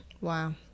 Wow